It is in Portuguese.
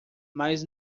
mas